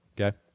Okay